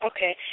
Okay